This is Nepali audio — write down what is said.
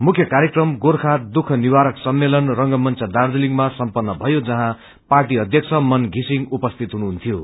मुख्य कार्यक्रम गोर्खादुःख निवारक सम्मेलन रंगमंच दार्जीलिङमा सम्पन्न भयो जहाँ पार्टी अध्यक्ष मन धिसिङ उपसिति हुनुहुन्थ्यो